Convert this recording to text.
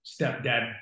stepdad